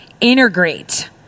integrate